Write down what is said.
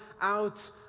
out